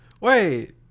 Wait